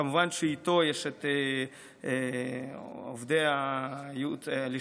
כמובן שאיתו יש את עובדי לשכת